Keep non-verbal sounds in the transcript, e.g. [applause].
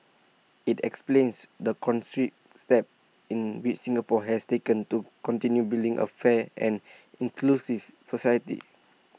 IT explains the [unintelligible] steps in which Singapore has taken to continue building A fair and inclusive society